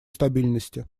стабильности